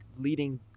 leading